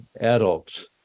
adults